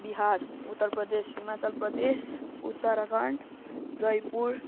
Bihar Uttar Pradesh Himachal Pradesh Uttarakhand Jaipur